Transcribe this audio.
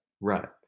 Right